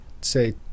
say